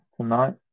tonight